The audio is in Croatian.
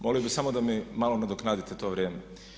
Molio bi samo da mi malo nadoknadite to vrijeme.